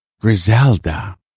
Griselda